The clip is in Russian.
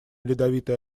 ледовитый